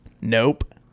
Nope